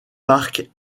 parc